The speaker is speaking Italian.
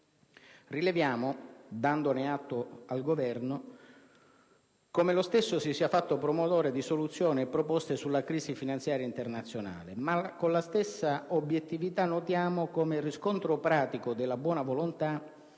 Rileviamo, dandone atto al Governo, come lo stesso si sia fatto promotore di soluzioni e proposte sulla crisi finanziaria internazionale; ma con la stessa obiettività notiamo come il riscontro pratico della buona volontà,